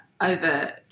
over